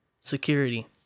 security